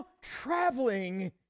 traveling